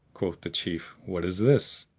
quoth the chief, what is this?